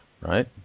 right